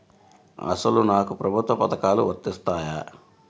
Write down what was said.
అసలు నాకు ప్రభుత్వ పథకాలు వర్తిస్తాయా?